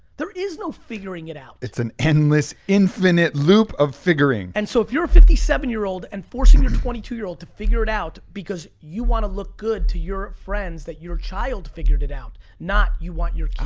there is no figuring it out. it's an endless, infinite loop of figuring. and so if you're a fifty seven year old and forcing your twenty two year old to figure it out because you wanna look good to your friends that your child figured it out, not you want your kid to